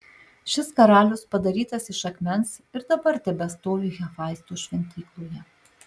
šis karalius padarytas iš akmens ir dabar tebestovi hefaisto šventykloje